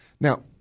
Now